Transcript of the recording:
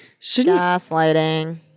Gaslighting